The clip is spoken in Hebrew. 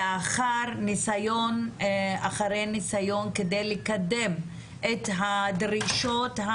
לאחר ניסיון אחרי ניסיון כדי לקדם את הדרישות,